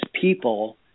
people